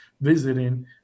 visiting